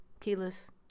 keyless